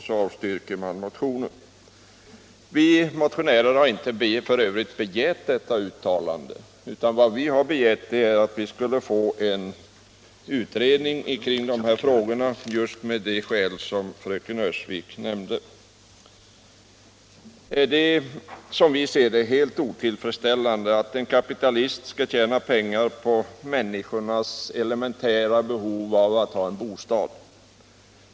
Så avstyrks motionen. Vi motionärer har f.ö. inte begärt detta uttalande. Vad vi har begärt är en utredning om dessa frågor just av de skäl som fröken Öhrsvik nämnde. Som vi ser det är det helt otillfredsställande att en kapitalist skall kunna tjäna pengar på människors elementära behov av en bostad.